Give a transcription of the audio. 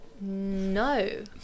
No